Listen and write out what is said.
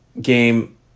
game